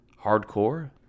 Hardcore